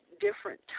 different